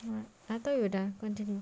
!wah! I thought you were done continue